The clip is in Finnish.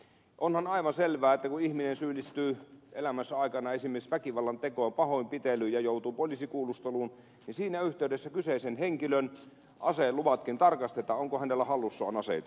onhan aivan selvää että kun ihminen syyllistyy elämänsä aikana esimerkiksi väkivallan tekoon pahoinpitelyyn ja joutuu poliisikuulusteluun niin siinä yhteydessä kyseisen henkilön aseluvatkin tarkastetaan onko hänellä hallussaan aseita